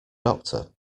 doctor